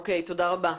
תודה רבה.